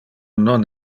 non